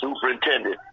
superintendent